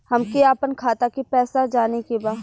हमके आपन खाता के पैसा जाने के बा